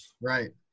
Right